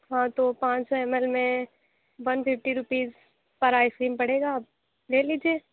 ہاں تو پانچ سو ایم ایل میں ون ففٹی روپیز پر آئس کریم پڑے گا آپ لے لیجیے